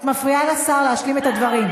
את מפריעה לשר להשלים את הדברים.